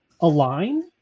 align